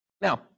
now